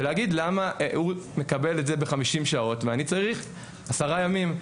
ולהגיד למה הוא מקבל את זה ב 50 שעות ואני צריך עשרה ימים.